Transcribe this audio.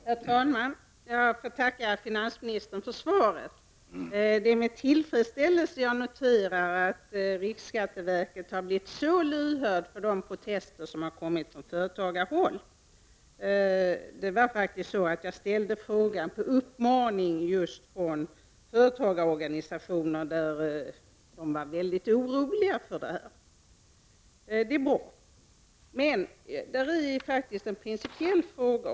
Herr talman! Jag får tacka finansministern för svaret. Det är med tillfredsställelse jag noterar att riksskatteverket har blivit så lyhört för de protester som har kommit från företagarhåll. Jag ställde faktiskt frågan på uppmaning just från företagarorganisationerna, där de var väldigt oroliga. Det är alltså bra. Men här finns faktiskt också en principiell fråga.